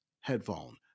headphone